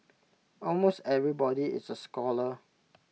almost everybody is A scholar